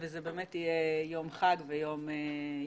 זה באמת יהיה יום חג ויום שמח.